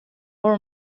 more